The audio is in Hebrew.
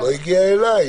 עוד לא הגיע אלי.